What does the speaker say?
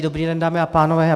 Dobrý den, dámy a pánové.